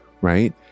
right